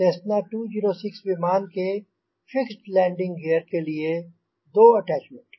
Cessna 206 विमान के fixed landing gear के लिए दो अटैच्मेंट